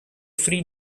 three